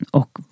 och